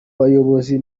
bayobozi